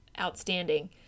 outstanding